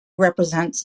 represents